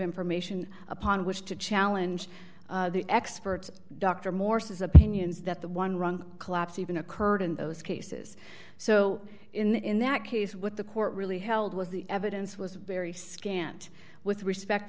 information upon which to challenge the experts dr morse's opinions that the one wrong collapse even occurred in those cases so in that case what the court really held was the evidence was very scant with respect